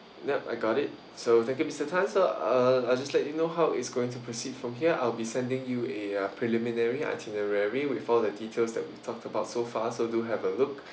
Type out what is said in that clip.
yup I got it so thank you mister tan sir uh I'll just let you know how it's going to proceed from here I'll be sending you a uh preliminary itinerary with all the details that we talked about so far so do have a look